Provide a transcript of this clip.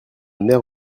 mère